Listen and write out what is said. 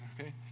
Okay